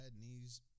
knees